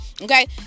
Okay